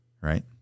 right